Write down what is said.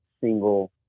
single